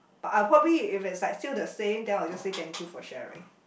but I'll probably if it's like still the same then I will just say thank you for sharing